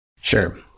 Sure